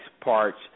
parts